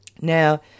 Now